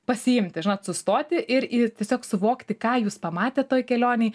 pasiimti žinot sustoti ir į tiesiog suvokti ką jūs pamatėt toj kelionėj